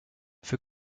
für